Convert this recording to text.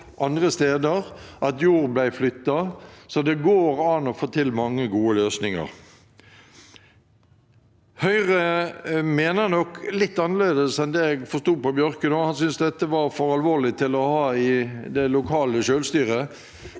andre steder, at jord ble flyttet. Så det går an å få til mange gode løsninger. Høyre mener nok litt annerledes enn det jeg forsto på Bjørke. Han syntes dette var for alvorlig til å være i det lokale selvstyret.